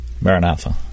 Maranatha